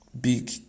big